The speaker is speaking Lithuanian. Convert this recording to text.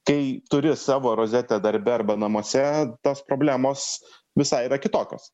kai turi savo rozetę darbe arba namuose tos problemos visai yra kitokios